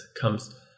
comes